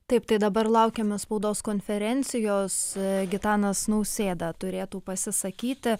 taip tai dabar laukiame spaudos konferencijos gitanas nausėda turėtų pasisakyti